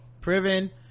Priven